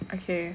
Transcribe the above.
okay